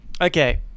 Okay